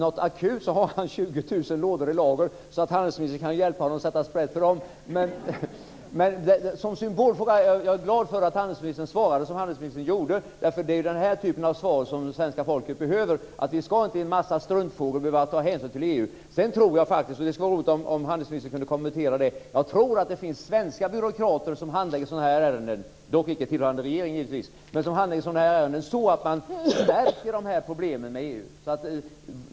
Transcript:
Han har 20 000 lådor i lager som handelsministern kan hjälpa honom med att sätta sprätt på. Med tanke på frågans symbolvärde är jag glad för att handelsministern svarade så som han gjorde. Det är den typen av besked som svenska folket behöver. Vi skall inte i en massa struntfrågor behöva ta hänsyn till EU. Handelsministern kan kanske också kommentera det förhållandet att det lär finnas svenska byråkrater - dock givetvis inte tillhörande regeringen - som handlägger sådana här ärenden på ett sådant sätt att de här problemen med EU förstärks.